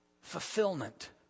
fulfillment